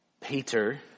Peter